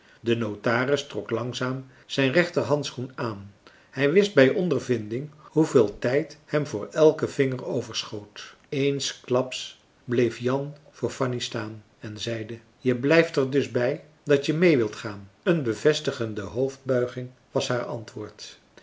de notaris trok langzaam zijn rechter handschoen aan hij wist bij ondervinding hoeveel tijd hem voor elken vinger overschoot eensklaps bleef jan voor fanny staan en zeide je blijft er dus bij dat je mee wilt gaan een bevestigende hoofdbuiging was haar antwoord